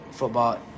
football